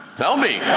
tell me.